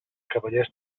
cavallers